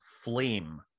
flame